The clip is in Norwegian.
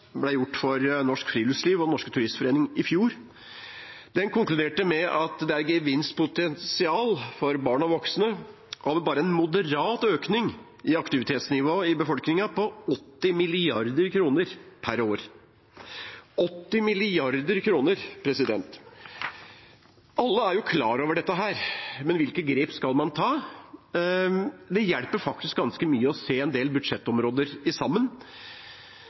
ble gjort for Norsk Friluftsliv og Den Norske Turistforening i fjor. Den konkluderte med at med bare en moderat økning i aktivitetsnivået for barn og voksne i befolkningen er det et gevinstpotensial på 80 mrd. kr per år – 80 mrd. kr. Alle er jo klar over dette. Men hvilke grep skal man ta? Det hjelper faktisk ganske mye å se en del budsjettområder sammen.